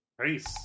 Peace